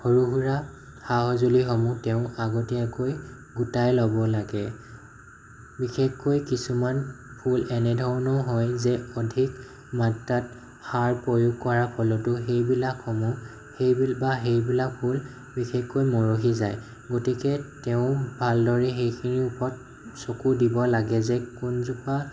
সৰু সুৰা সা সজুঁলিসমূহ তেওঁ আগতীয়াকৈ গোতাই ল'ব লাগে বিশেষকৈ কিছুমান ফুল এনেধৰণৰ হয় যে অধিক মাত্ৰাত সাৰ প্ৰয়োগ কৰাৰ ফলতো সেইবিলাকসমূহ সে বা সেইবিলাক ফুল বিশেষকৈ মৰহি যায় গতিকে তেওঁ ভালদৰে সেইখিনিৰ ওপৰত চকু দিব লাগে যে কোনজোপা